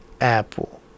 apple